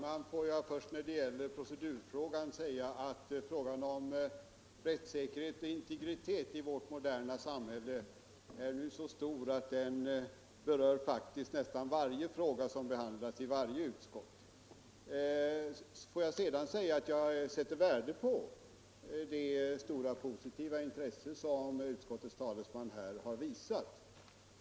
Herr talman! Frågan om rättssäkerhet och integritet i vårt moderna 7 ——A handlas i varje utskott. Jag sätter värde på det positiva intresse som utskottets talesman har visat.